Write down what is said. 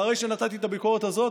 אחרי שנתתי את הביקורת הזאת,